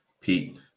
Pete